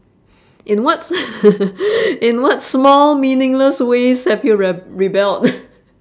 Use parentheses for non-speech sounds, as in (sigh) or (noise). in what s~ (laughs) (noise) in what small meaningless ways have you reb~ rebelled (laughs)